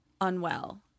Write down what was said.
Unwell